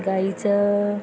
गाईचं